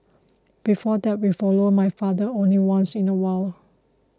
before that we followed my father only once in a while